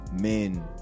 men